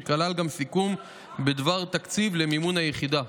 שכלל גם סיכום בדבר תקציב למימון היחידה.